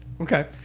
Okay